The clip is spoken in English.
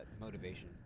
motivation